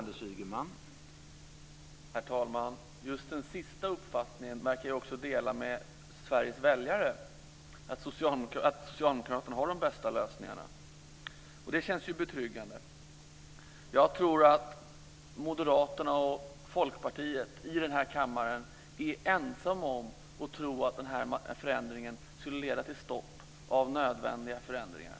Herr talman! Den sista uppfattningen verkar jag dela med Sveriges väljare, dvs. att socialdemokraterna har de bästa lösningarna. Det känns betryggande. Jag tror att Moderaterna och Folkpartiet i denna kammare är ensamma om att tro att detta förslag skulle leda till ett stopp för nödvändiga förändringar.